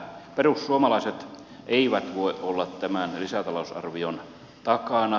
perussuomalaiset eivät voi olla tämän lisäta lousarvion takana